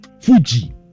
Fuji